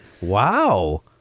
Wow